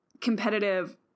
competitive